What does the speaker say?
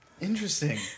Interesting